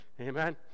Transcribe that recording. Amen